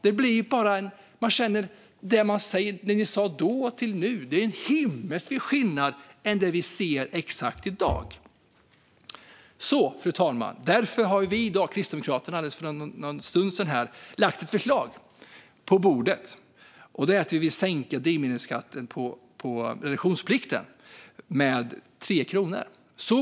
Det är en himmelsvid skillnad mellan vad vi sa då och det vi ser exakt i dag. Fru talman! Kristdemokraterna har därför i dag för en stund sedan lagt fram ett förslag på bordet. Vi vill sänka drivmedelsskatten på reduktionsplikten med 3 kronor.